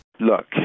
Look